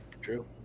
True